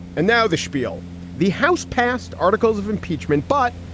and now the schpiel the house passed articles of impeachment, but,